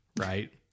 right